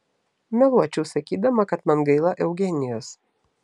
meluočiau sakydama kad man gaila eugenijos